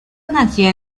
nació